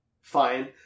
Fine